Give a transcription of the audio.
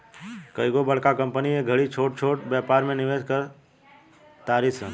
कइगो बड़का कंपनी ए घड़ी छोट छोट व्यापार में निवेश कर तारी सन